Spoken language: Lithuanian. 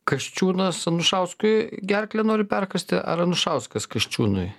kasčiūnas anušauskui gerklę nori perkąsti ar anušauskas kasčiūnui